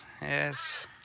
yes